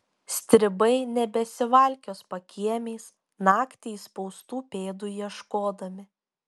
stribai nebesivalkios pakiemiais naktį įspaustų pėdų ieškodami